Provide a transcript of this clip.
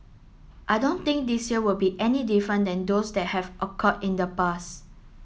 I don't think this year will be any different than those that have occurred in the past